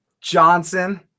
Johnson